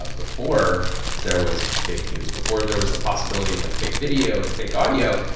ah before there was fake news, before there was the possibility of, like, fake video and fake audio,